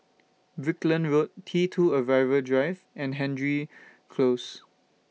Brickland Road T two Arrival Drive and Hendry Close